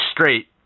straight